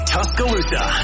Tuscaloosa